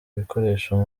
ibikoresho